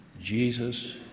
Jesus